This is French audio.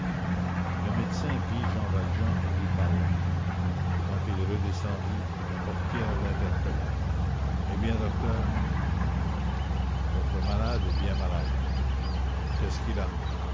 le médecin vit jean valjean et lui parla quand il redescendit la portière l'interpella eh bien docteur votre malade est bien malade qu'est-ce qu'il a